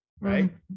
right